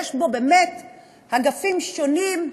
יש בו באמת אגפים שונים,